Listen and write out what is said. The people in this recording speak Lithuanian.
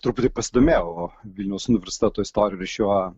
truputį pasidomėjau vilniaus universiteto istorijoje šiuo